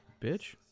bitch